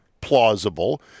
plausible